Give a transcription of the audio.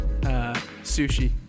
sushi